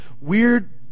weird